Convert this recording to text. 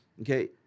Okay